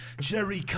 Jerry